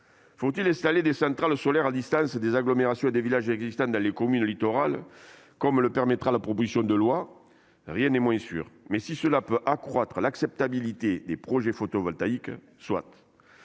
Faut-il installer des centrales solaires à distance des agglomérations et des villages existants dans les communes littorales, comme le permettra la proposition de loi si elle est adoptée ? Rien n'est moins sûr, mais si cela peut accroître l'acceptabilité des projets photovoltaïques, soit